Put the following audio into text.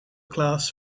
class